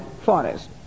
forest